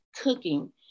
cooking